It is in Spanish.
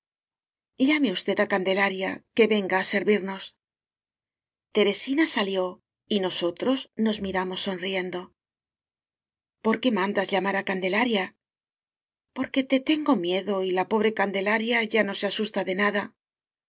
llame usted á candelaria que venga á servirnos teresina salió y nosotros nos miramos sonriendo por qué mandas llamar á candelaria porque te tengo miedo y la pobre can delaria ya no se asusta de nada